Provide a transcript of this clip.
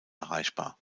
erreichbar